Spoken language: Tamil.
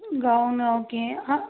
கௌன்னு ஓகே